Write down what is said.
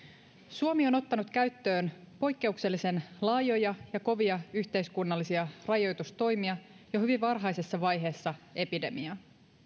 suomi on ottanut käyttöön poikkeuksellisen laajoja ja kovia yhteiskunnallisia rajoitustoimia jo hyvin varhaisessa vaiheessa epidemiaa